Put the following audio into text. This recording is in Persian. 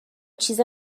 چیز